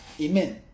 Amen